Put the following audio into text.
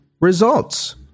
results